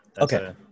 Okay